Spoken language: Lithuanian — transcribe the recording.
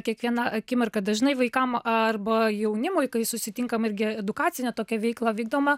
kiekvieną akimirką dažnai vaikam arba jaunimui kai susitinkam irgi edukacinė tokia veikla vykdoma